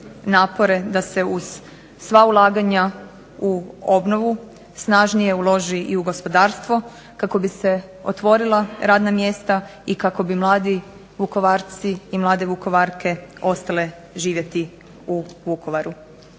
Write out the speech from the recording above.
da se uz sva ulaganja u obnovu snažnije uloži i u gospodarstvo kako bi se otvorila radna mjesta i kako bi mladi Vukovarci i mlade Vukovarke ostale živjeti u Vukovaru.